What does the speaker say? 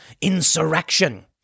insurrection